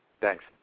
Thanks